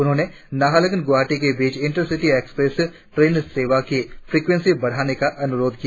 उन्होंने नाहरलगुन गुवाहाटी के बीच इंटरसिटी एक्सप्रेस ट्रेन सेवा की फ्रीक्केंसी को बढ़ाने का अनुरोध किया